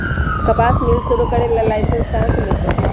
कपास मिल शुरू करे ला लाइसेन्स कहाँ से मिल तय